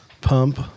Pump